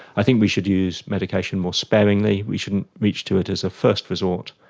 i think we should use medication more sparingly, we shouldn't reach to it as a first resort.